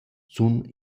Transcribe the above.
sun